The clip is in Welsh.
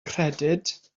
credyd